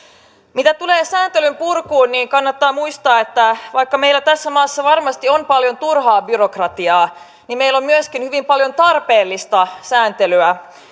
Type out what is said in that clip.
mitä tulee sääntelyn purkuun niin kannattaa muistaa että vaikka meillä tässä maassa varmasti on paljon turhaa byrokratiaa meillä on myöskin hyvin paljon tarpeellista sääntelyä